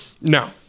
No